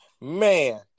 man